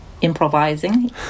improvising